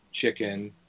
chicken